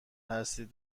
هستید